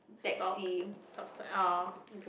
stock oh